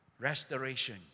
restoration